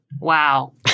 Wow